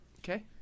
Okay